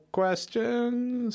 questions